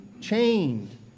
chained